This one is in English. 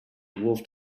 wolfed